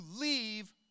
leave